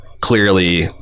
clearly